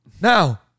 Now